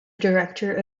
director